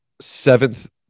seventh